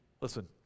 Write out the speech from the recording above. listen